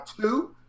two